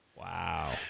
Wow